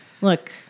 look